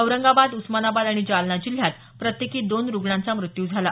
औरंगाबाद उस्मानाबाद आणि जालना जिल्ह्यात प्रत्येकी दोन रुग्णांचा मृत्यू झाला